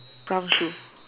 prom shoes